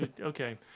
Okay